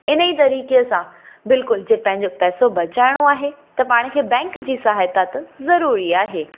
इन ई तरीके सां बिल्कुल जे पंहिंजो पैसो बचाइणो आहे पाण खे बैंक जी सहायता त ज़रूरी आहे